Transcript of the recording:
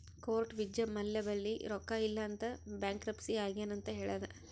court Vijay Mallya ಬಲ್ಲಿ ರೊಕ್ಕಾ ಇಲ್ಲ ಅಂತ ಬ್ಯಾಂಕ್ರಪ್ಸಿ ಆಗ್ಯಾನ್ ಅಂತ್ ಹೇಳ್ಯಾದ್